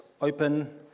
open